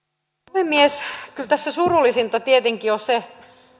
puhemies kyllä tässä surullisinta tietenkin on se